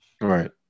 Right